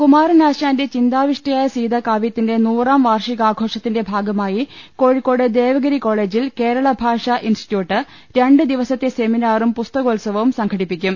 കുമാരനാശാന്റെ ചിന്താവിഷ്ടയായ സീത കാവൃത്തിന്റെ നൂറാം വാർഷികാഘോഷത്തിന്റെ ഭാഗമായി കോഴിക്കോട് ദേവഗിരി കോളജിൽ കേരള ഭാഷാ ഇൻസ്റ്റിറ്റ്യൂട്ട് രണ്ട് ദിവസത്തെ സെമിനാറും പുസ്തകോ ത്സവവും സംഘടിപ്പിക്കും